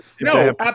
no